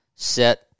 Set